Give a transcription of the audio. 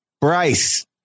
Bryce